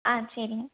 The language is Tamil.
ஆ சரிங்க